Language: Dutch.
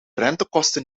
rentekosten